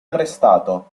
arrestato